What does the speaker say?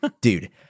Dude